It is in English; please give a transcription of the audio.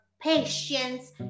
patience